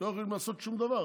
לא יכולים לעשות שום דבר.